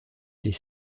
des